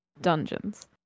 dungeons